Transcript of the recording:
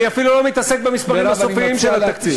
אני אפילו לא מתעסק במספרים הסופיים של התקציב.